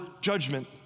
judgment